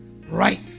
Right